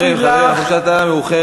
חברים, חברים, אנחנו בשעת לילה מאוחרת.